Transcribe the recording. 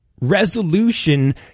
Resolution